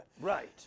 Right